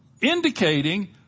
indicating